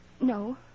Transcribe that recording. No